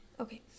okay